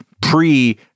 pre